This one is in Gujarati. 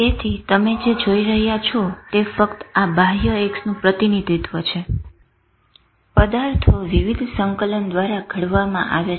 તેથી તમે જે જોઈ રહ્યા છો તે ફક્ત આ બાહ્ય X નું પ્રતિનિધિત્વ છે પદાર્થો વિવિધ સંકલન દ્વારા ઘડવામાં આવે છે